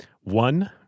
One